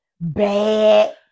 bad